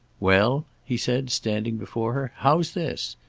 well? he said, standing before her, how's this?